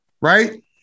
right